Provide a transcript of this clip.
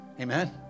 Amen